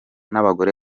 n’abagore